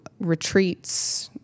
retreats